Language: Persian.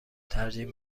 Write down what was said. ترجیح